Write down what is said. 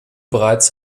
bereits